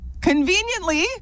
conveniently